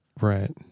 Right